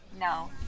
No